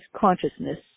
consciousness